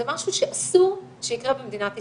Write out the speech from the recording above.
זה משהו שאסור שיקרה במדינת ישראל.